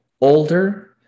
older